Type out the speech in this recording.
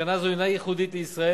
מסקנה זו אינה ייחודית לישראל,